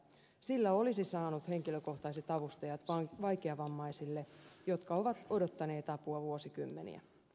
sillä olisi saanut henkilökohtaiset avustajat vaikeavammaisille jotka ovat odottaneet apua vuosikymmeniä